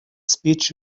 speech